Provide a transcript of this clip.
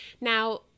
Now